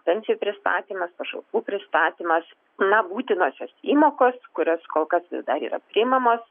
pensijų pristatymas pašalpų pristatymas na būtinosios įmokos kurios kol kas vis dar yra priimamos